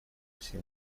всем